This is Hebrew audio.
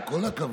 עם כל הכבוד,